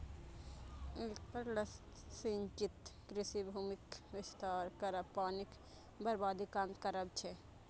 एकर लक्ष्य सिंचित कृषि भूमिक विस्तार करब, पानिक बर्बादी कम करब छै